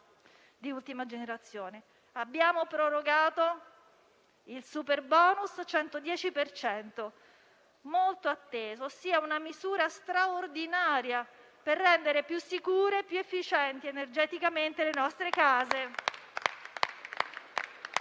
di ultima generazione. Abbiamo prorogato il super bonus al 110 per cento, molto atteso, ossia una misura straordinaria per rendere più sicure e più efficienti energeticamente le nostre case.